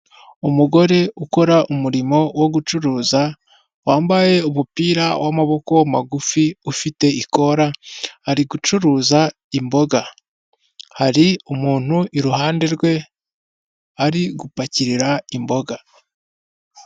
Umugore ukora umurimo wo gucuruza wambaye umupira w'amaboko magufi ufite ikora ari gucuruza imboga, hari umuntu iruhande rwe ari gupakirira imboga.